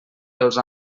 els